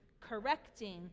correcting